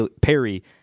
Perry